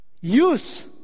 Use